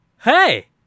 Hey